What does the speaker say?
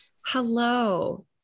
Hello